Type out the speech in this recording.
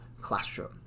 classroom